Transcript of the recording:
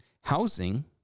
housing